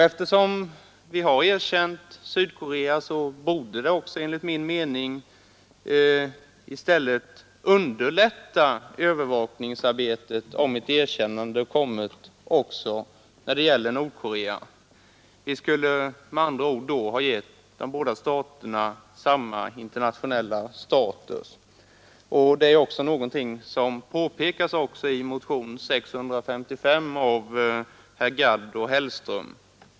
Eftersom vi har erkänt Sydkorea, borde ett erkännande av Nordkorea enligt min mening i stället underlätta övervakningsarbetet. Vi skulle med andra ord då ha givit de båda staterna samma internationella status. Detta är också någonting som påpekas i motionen 655 av herrar Gadd och Hellström.